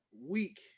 week